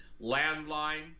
landline